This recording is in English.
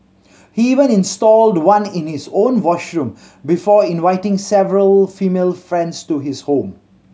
he even installed one in his own washroom before inviting several female friends to his home